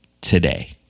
today